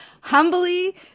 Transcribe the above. humbly